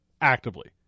actively